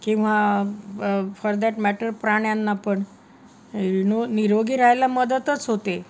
किंवा for that matter प्राण्यांना पण यू नो निरोगी राहायला मदतच होते